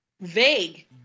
vague